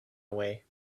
away